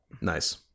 Nice